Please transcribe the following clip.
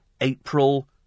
April